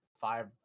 five